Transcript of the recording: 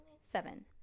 seven